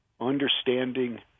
understanding